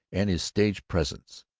and his stage-presence.